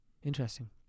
Interesting